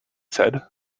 said